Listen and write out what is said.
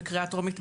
בקריאה טרומית,